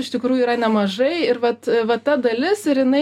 iš tikrųjų yra nemažai ir vat va ta dalis ir jinai